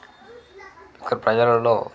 ఇక్కడ ప్రజలల్లో